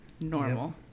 Normal